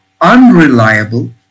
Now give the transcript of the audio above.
unreliable